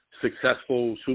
successful